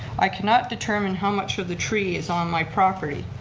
i cannot determine how much of the tree is on my property.